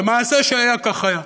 ומעשה שהיה כך היה.